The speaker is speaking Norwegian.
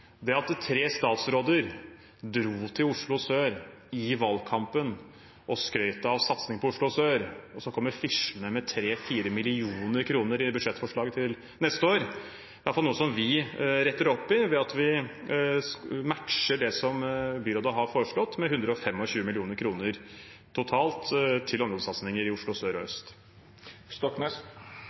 Det at tre statsråder dro til Oslo sør i valgkampen og skrøt av satsingen på Oslo sør, og som kommer fislende med 3–4 mill. kr i budsjettforslaget til neste år, er iallfall noe vi retter opp i, ved at vi matcher det som byrådet har foreslått, med 125 mill. kr totalt til områdesatsinger i Oslo